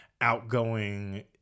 outgoing